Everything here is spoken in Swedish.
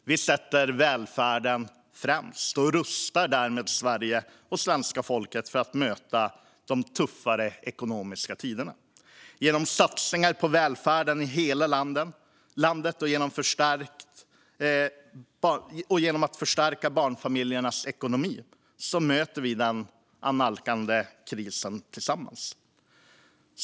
Vi sätter välfärden främst och rustar därmed Sverige och svenska folket för att möta de tuffare ekonomiska tiderna. Genom satsningar på välfärden i hela landet och genom att förstärka barnfamiljernas ekonomi möter vi den annalkande krisen tillsammans.